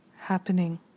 Happening